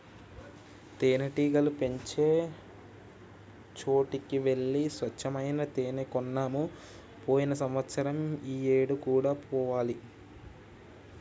తేనెటీగలు పెంచే చోటికి వెళ్లి స్వచ్చమైన తేనే కొన్నాము పోయిన సంవత్సరం ఈ ఏడు కూడా పోవాలి